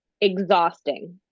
Exhausting